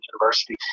University